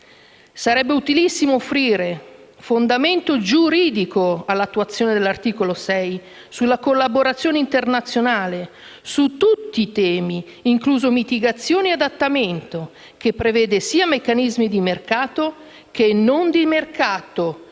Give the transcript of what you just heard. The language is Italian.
Sarebbe utilissimo offrire fondamento giuridico all'attuazione dell'articolo 6 dell'Accordo, che riguarda la collaborazione internazionale (su tutti i temi, incluso mitigazione ed adattamento) e che prevede sia meccanismi di mercato che non di mercato